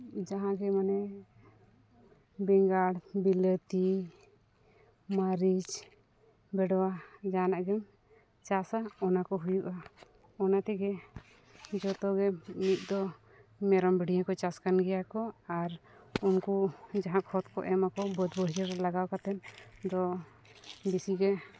ᱡᱟᱦᱟᱜᱮ ᱢᱟᱱᱮ ᱵᱮᱸᱜᱟᱲ ᱵᱤᱞᱟᱹᱛᱤ ᱢᱟᱹᱨᱤᱪ ᱵᱷᱮᱰᱣᱟ ᱡᱟᱦᱟᱱᱟᱜ ᱜᱮᱢ ᱪᱟᱥᱟ ᱚᱱᱟᱠᱚ ᱦᱩᱭᱩᱜᱼᱟ ᱚᱱᱟᱛᱮᱜᱮ ᱡᱚᱛᱚᱜᱮ ᱢᱤᱫ ᱫᱚ ᱢᱮᱨᱚᱢ ᱵᱷᱤᱰᱤ ᱦᱚᱸᱠᱚ ᱪᱟᱥ ᱠᱟᱱ ᱜᱮᱭᱟ ᱠᱚ ᱟᱨ ᱩᱱᱠᱩ ᱡᱟᱦᱟᱸ ᱠᱷᱚᱛ ᱠᱚ ᱮᱢᱟᱠᱚ ᱵᱟᱹᱫᱽᱵᱟᱹᱭᱦᱟᱹᱲ ᱨᱮ ᱞᱟᱜᱟᱣ ᱠᱟᱛᱮ ᱫᱚ ᱵᱮᱥᱤᱜᱮ